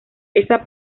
esa